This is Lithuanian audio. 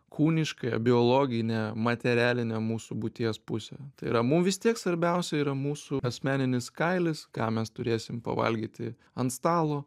kūniškąją biologinę materialinę mūsų būties pusę tai yra mum vis tiek svarbiausia yra mūsų asmeninis kailis ką mes turėsim pavalgyti ant stalo